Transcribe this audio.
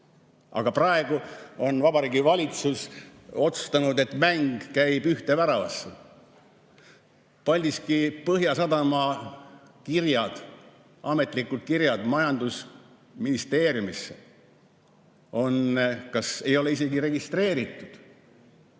Aga praegu on Vabariigi Valitsus otsustanud, et mäng käib ühte väravasse. Paldiski Põhjasadama kirjad, ametlikud kirjad majandusministeeriumisse, ei ole isegi registreeritud.